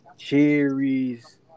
Cherries